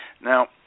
Now